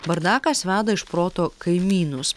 bardakas veda iš proto kaimynus